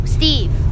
Steve